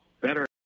better